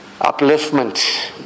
upliftment